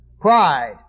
pride